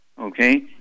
okay